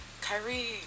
Kyrie